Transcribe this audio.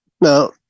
Now